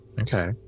okay